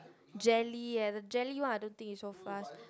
jelly eh the jelly one I don't think is so fast